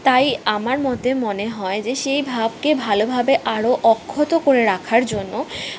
তাই আমার মতে মনে হয় যে সেই ভাবকে ভালোভাবে আরো অক্ষত করে রাখার জন্য